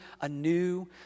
anew